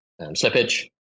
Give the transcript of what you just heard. slippage